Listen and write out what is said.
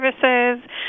services